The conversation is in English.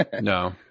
No